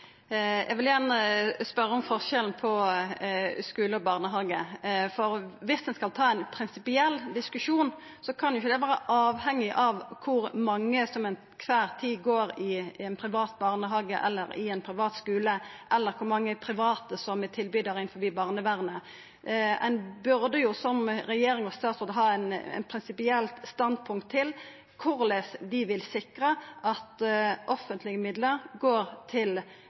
Eg vil gjerne spørja om forskjellen på skule og barnehage. Viss ein skal ta ein prinsipiell diskusjon, kan ikkje det vera avhengig av kor mange som til kvar tid går i ein privat barnehage eller i ein privat skule, eller kor mange private som er tilbydarar innanfor barnevernet. Ein burde som regjering og statsråd ha eit prinsipielt standpunkt til korleis ein vil sikra at offentlege midlar går til